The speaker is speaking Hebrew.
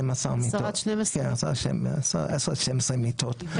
10-12 מיטות.